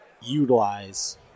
utilize